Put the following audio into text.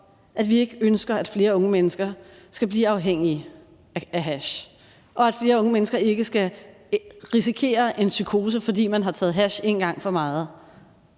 at vi ikke ønsker, at flere unge mennesker skal blive afhængige af hash, og at flere unge mennesker ikke skal risikere en psykose, fordi man har taget hash én gang for meget,